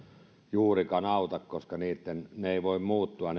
juurikaan auta koska yökerhot eivät voi muuttua